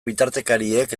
bitartekariek